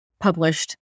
published